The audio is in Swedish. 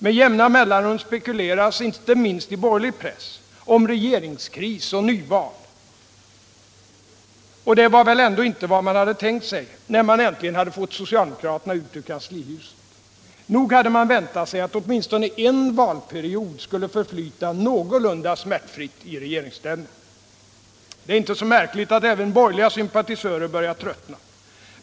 Med jämna mellanrum spekuleras, inte minst i borgerlig press, om regeringskris och nyval. Och det var väl ändå inte vad man hade tänkt sig när man äntligen hade fått socialdemokraterna ut ur kanslihuset. Nog hade man väntat sig att åtminstone en valperiod skulle förflyta någorlunda smärtfritt i regeringsställning. Det är inte så märkligt att även borgerliga sympatisörer börjar tröttna.